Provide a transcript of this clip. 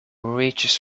reaches